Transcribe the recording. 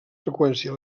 freqüència